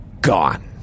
gone